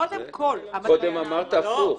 קודם אמרת הפוך.